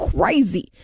crazy